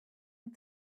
and